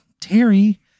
Terry